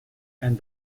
and